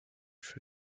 für